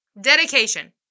Dedication